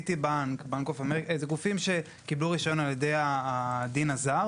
City Bank או Bank Of America הם גופים שקיבלו רישיון על ידי הדין הזר,